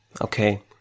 okay